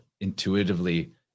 intuitively